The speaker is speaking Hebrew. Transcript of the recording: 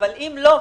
אבל אם לא,